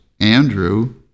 Andrew